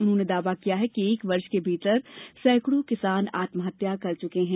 उन्होंने दावा किया कि एक वर्ष के भीतर सैकड़ो किसान आत्महत्या कर चुके हैं